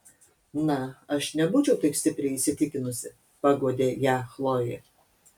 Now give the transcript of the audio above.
na aš nebūčiau taip stipriai įsitikinusi paguodė ją chlojė